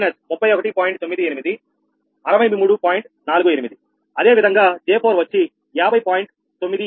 అదేవిధంగా J4 వచ్చి 50